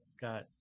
got